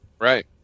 Right